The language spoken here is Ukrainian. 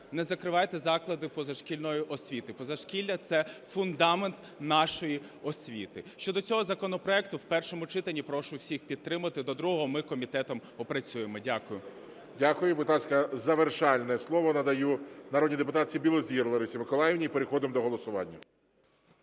не закривайте заклади позашкільної освіти, позашкілля – це фундамент нашої освіти. Щодо цього законопроекту, в першому читанні прошу всіх підтримати, до другого ми комітетом опрацюємо. Дякую. ГОЛОВУЮЧИЙ. Дякую. Будь ласка, завершальне слово надаю народній депутатці Білозір Ларисі Миколаївні, і переходимо до голосування.